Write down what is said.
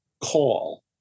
call